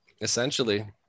Essentially